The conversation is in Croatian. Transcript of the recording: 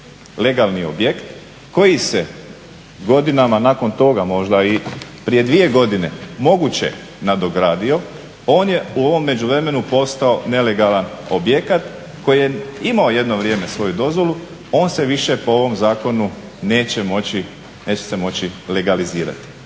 legalni objekt koji se godinama nakon toga možda i prije dvije godine moguće nadogradio on je u ovom međuvremenu postao nelegalan objekat koji je imao jedno vrijeme svoju dozvolu on se više po ovom zakonu neće se moći legalizirati.